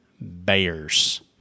Bears